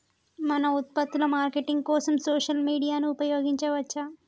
మన ఉత్పత్తుల మార్కెటింగ్ కోసం సోషల్ మీడియాను ఉపయోగించవచ్చా?